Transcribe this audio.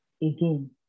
again